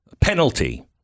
penalty